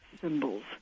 symbols